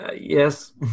yes